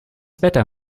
wetter